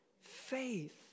Faith